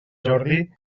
jordi